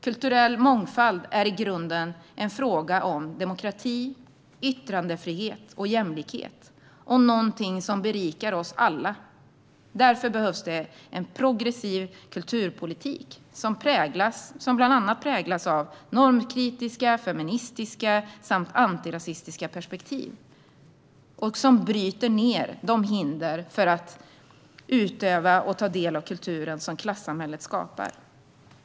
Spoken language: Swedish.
Kulturell mångfald är i grunden en fråga om demokrati, yttrandefrihet och jämlikhet och någonting som berikar oss alla. Därför behövs det en progressiv kulturpolitik som bland annat präglas av normkritiska, feministiska samt antirasistiska perspektiv och som bryter ned de hinder för att utöva och ta del av kulturen som klassamhället skapar.